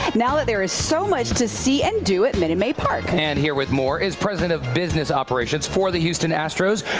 like now that there is so much to see and do at minute maid park. and here with more is president of business operations for the houston astros,